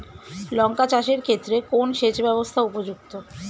লঙ্কা চাষের ক্ষেত্রে কোন সেচব্যবস্থা উপযুক্ত?